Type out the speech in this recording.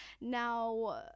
Now